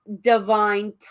divine